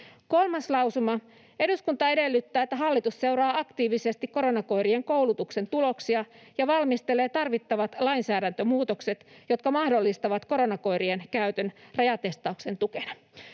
3. lausuma: ”Eduskunta edellyttää, että hallitus seuraa aktiivisesti koronakoirien koulutuksen tuloksia ja valmistelee tarvittavat lainsäädäntömuutokset, jotka mahdollistavat koronakoirien käytön rajatestauksen tukena.”